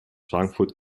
frankfurt